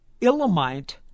ilamite